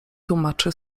tłumaczy